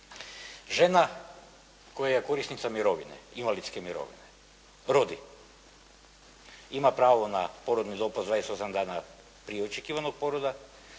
Žena koja je korisnica mirovine, invalidske mirovine rodi, ima pravo na porodni dopust 28 dana prije očekivanog poroda,